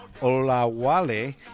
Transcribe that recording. Olawale